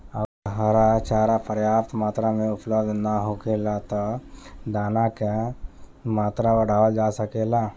अगर हरा चारा पर्याप्त मात्रा में उपलब्ध ना होखे त का दाना क मात्रा बढ़ावल जा सकेला?